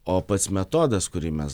o pats metodas kurį mes